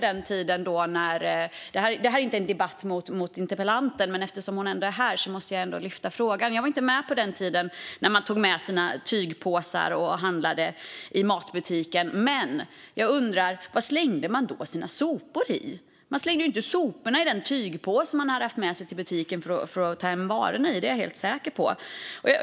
Detta är inte en debatt mot henne, men eftersom hon är här måste jag ändå lyfta följande fråga. Jag var inte med på den tiden då man tog med sina tygpåsar för att handla i matbutiken, men jag undrar vad man då slängde sina sopor i. Man slängde ju inte soporna i den tygpåse man hade haft med sig till butiken för att bära hem varorna i; det är jag helt säker på.